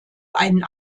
einen